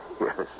Yes